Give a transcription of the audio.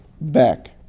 back